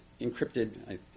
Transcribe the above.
encrypted